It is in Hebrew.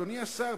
אדוני השר,